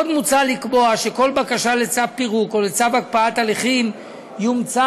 עוד מוצע לקבוע שכל בקשה לצו פירוק או לצו הקפאת הליכים יומצא